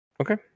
Okay